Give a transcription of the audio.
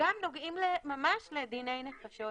וגם נוגעים ממש לדיני נפשות